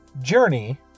journey